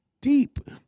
deep